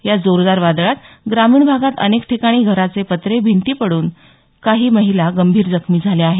या जोरदार वादळात ग्रामीण भागात अनेक ठिकाणी घराचे पत्रे भिंती पडून काही महिला गंभीर जखमी झाल्या आहेत